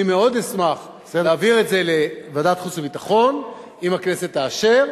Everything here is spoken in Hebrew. אני מאוד אשמח להעביר את זה לוועדת החוץ והביטחון אם הכנסת תאשר.